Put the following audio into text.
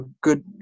good